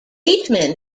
bateman